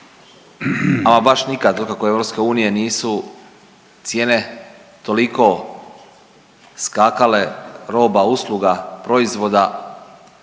ama baš nikad otkako je EU nisu cijene toliko skakale roba, usluga, proizvoda